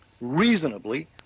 reasonably